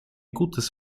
gutes